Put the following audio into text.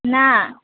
ના